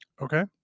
okay